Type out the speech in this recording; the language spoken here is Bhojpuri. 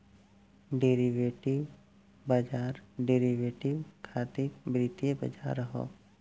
डेरिवेटिव बाजार डेरिवेटिव खातिर वित्तीय बाजार ह